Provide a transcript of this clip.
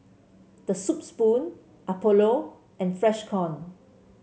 The Soup Spoon Apollo and Freshkon